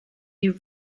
you